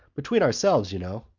between ourselves, you know,